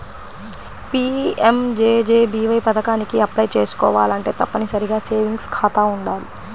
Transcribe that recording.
PMJJBY పథకానికి apply చేసుకోవాలంటే తప్పనిసరిగా సేవింగ్స్ ఖాతా వుండాలి